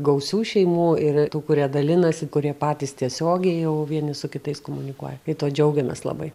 gausių šeimų ir tų kurie dalinasi kurie patys tiesiogiai jau vieni su kitais komunikuoja ir tuo džiaugiamės labai